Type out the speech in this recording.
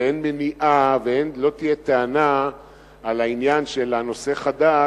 ואין מניעה ולא תהיה טענה בעניין "נושא חדש"